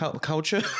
Culture